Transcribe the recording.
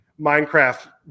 Minecraft